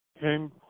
came